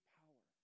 power